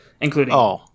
including